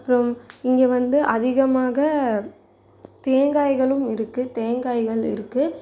அப்புறம் இங்கே வந்து அதிகமாக தேங்காய்களும் இருக்குது தேங்காய்கள் இருக்குது